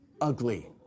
Ugly